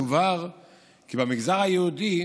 יובהר כי במגזר היהודי